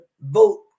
vote